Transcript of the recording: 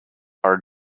are